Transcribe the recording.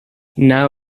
now